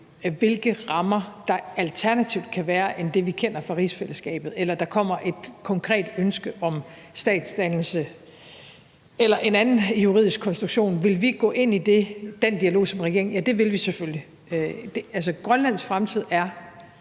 hvilke rammer der alternativt kan være end det, vi kender fra rigsfællesskabet, eller der kommer et konkret ønske om statsdannelse eller en anden juridisk konstruktion, vil vi som regering selvfølgelig gå ind i den dialog. Grønlands fremtid er